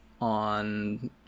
on